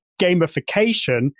gamification